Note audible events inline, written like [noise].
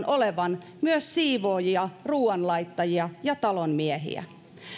[unintelligible] olevan myös siivoojia ruoanlaittajia ja talonmiehiä